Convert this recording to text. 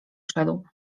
szedł